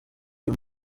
uyu